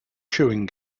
chewing